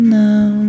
now